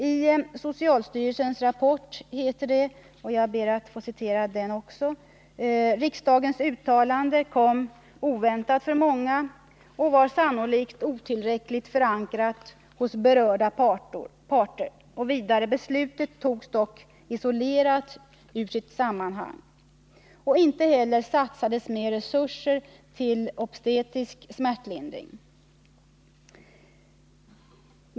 I socialstyrelsens rapport — jag ber att få citera den också — heter det: ”Riksdagens uttalande kom oväntat för många och var sannolikt otillräckligt förankrat hos berörda parter.” Vidare heter det att ”beslutet -—-—- togs dock isolerat ur sitt sammanhang —-—-— inte heller satsades mer resurser till obstetrisk smärtlindring”.